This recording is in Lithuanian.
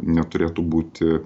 neturėtų būti